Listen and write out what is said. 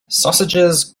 sausages